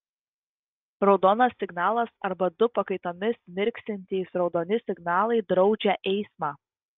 raudonas signalas arba du pakaitomis mirksintys raudoni signalai draudžia eismą